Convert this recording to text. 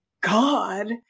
God